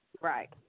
Right